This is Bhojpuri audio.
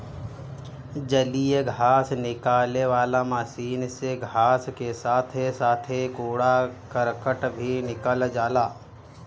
जलीय घास निकाले वाला मशीन से घास के साथे साथे कूड़ा करकट भी निकल जाला